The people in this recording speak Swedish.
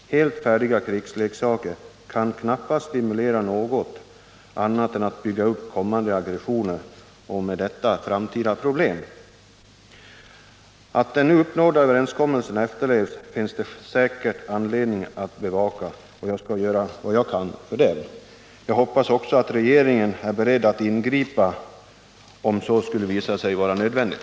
Helt färdiga krigsleksaker kan knappast stimulera till annat än att bygga upp kommande aggressioner, och därmed skapas framtida problem. Säkerligen finns det anledning att bevaka att den nu uppnådda överenskommelsen efterlevs. Jag skall göra vad jag kan i det avseendet. Jag hoppas också att regeringen är beredd att ingripa, om så skulle visa sig vara nödvändigt.